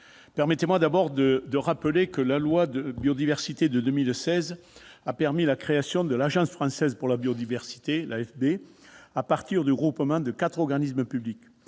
Permettez-moi de rappeler que la loi biodiversité de 2016 a permis la création de l'Agence française pour la biodiversité, l'AFB, à partir du regroupement de quatre organismes publics